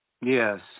Yes